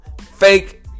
Fake